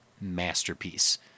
masterpiece